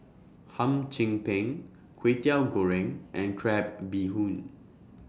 Hum Chim Peng Kway Teow Goreng and Crab Bee Hoon